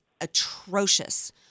atrocious